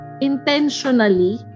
intentionally